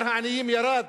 שמספר העניים ירד.